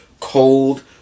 cold